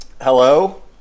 Hello